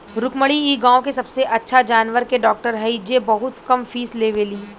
रुक्मिणी इ गाँव के सबसे अच्छा जानवर के डॉक्टर हई जे बहुत कम फीस लेवेली